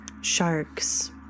sharks